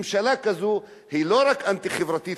ממשלה כזאת היא לא רק אנטי-חברתית,